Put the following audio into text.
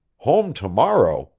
home to-morrow!